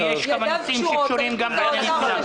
כי יש כמה נושאים שקשורים גם במנכ"ל.